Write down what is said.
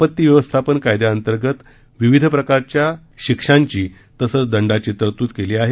आपत्ती व्यवस्थापन कायद्याअंतर्गत विविध प्रकारच्या शिक्षांची तशीच दंडाची तरतूद केली आहे